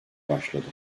başladı